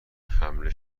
حمله